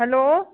hello